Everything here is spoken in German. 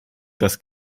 das